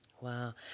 Wow